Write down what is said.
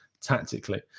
tactically